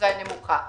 בישראל נמוכה.